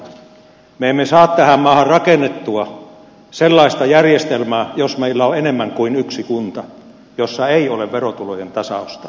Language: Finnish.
me emme saa tähän maahan rakennettua sellaista järjestelmää jos meillä on enemmän kuin yksi kunta jossa ei ole verotulojen tasausta